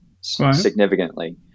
significantly